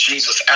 Jesus